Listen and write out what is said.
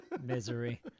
misery